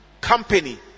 company